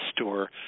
store